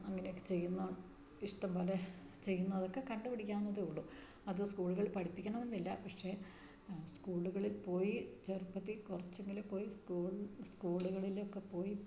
അങ്ങനെയൊക്കെ ചെയ്യുന്ന ഇഷ്ടംപോലെ ചെയ്യുന്നതൊക്കെ കണ്ടുപഠിക്കാവുന്നതേ ഉള്ളൂ അത് സ്കൂളുകൾ പഠിപ്പിക്കണമെന്നില്ല പക്ഷെ സ്കൂളുകളിൽ പോയി ചെറുപ്പത്തില് കുറച്ചെങ്കിലും പോയി സ്കൂളുകളിലൊക്കെ പോയി